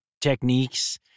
techniques